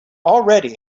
already